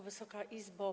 Wysoka Izbo!